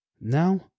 Now